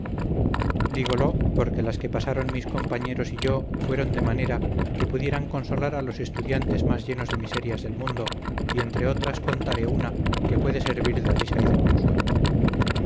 necesidades dígolo porque las que pasaron mis compañeros y yo fueron de manera que pudieran consolar a los estudiantes más llenos de miserias del mundo y entre otras contaré una que puede servir de risa y de consuelo